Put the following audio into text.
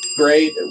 great